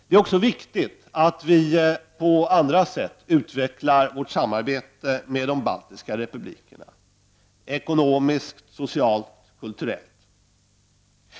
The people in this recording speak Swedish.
Vidare är det viktigt att vi utvecklar vårt samarbete med de baltiska republikerna ekonomiskt, socialt och kulturellt.